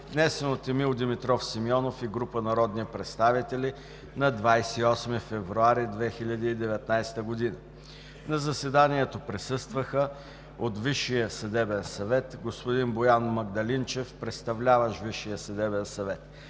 внесен от Емил Димитров Симеонов и група народни представители на 28 февруари 2019 г. На заседанието присъстваха: от Висшия съдебен съвет – господин Боян Магдалинчев – представляващ; от Върховния